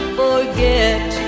forget